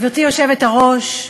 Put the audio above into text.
גברתי היושבת-ראש,